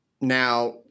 Now